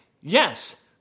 yes